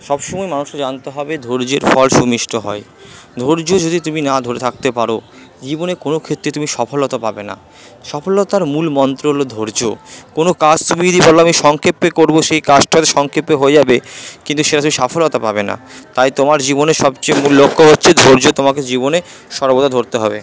সবসময়ই মানুষকে জানতে হবে ধৈর্য্যের ফল সুমিষ্ট হয় ধৈর্য্য যদি তুমি না ধরে থাকতে পারো জীবনে কোনো ক্ষেত্রেই তুমি সফলতা পাবে না সফলতার মূল মন্ত্র হল ধৈর্য্য কোনো কাজ তুমি যদি বলো আমি সংক্ষেপে করব সেই কাজটা হয়তো সংক্ষেপে হয়ে যাবে কিন্তু সেটাতে সফলতা পাবে না তাই তোমার জীবনের সবচেয়ে মূল লক্ষ্য হচ্ছে ধৈর্য্য তোমাকে জীবনে সর্বদা ধরতে হবে